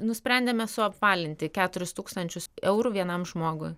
nusprendėme suapvalinti keturis tūkstančius eurų vienam žmogui